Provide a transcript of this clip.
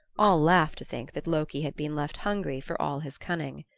all laughed to think that loki had been left hungry for all his cunning.